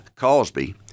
cosby